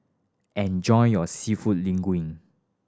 enjoy your Seafood Linguine